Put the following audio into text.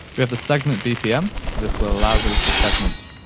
we have the segment bpm. so this will allow the little segment,